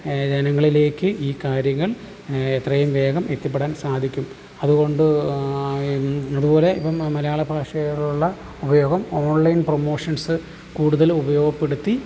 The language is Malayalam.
ജനങ്ങളിലേക്ക് ഈ കാര്യങ്ങൾ എത്രയും വേഗം എത്തിപ്പെടാൻ സാധിക്കും അതുകൊണ്ട് അതുപോലെ ഇപ്പം മലയാള ഭാഷയോടുള്ള ഉപയോഗം ഓൺലൈൻ പ്രൊമോഷൻസ് കൂടുതൽ ഉപയോഗപ്പെടുത്തി